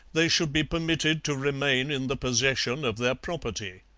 they should be permitted to remain in the possession of their property.